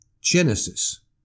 Genesis